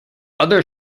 other